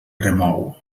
remou